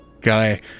guy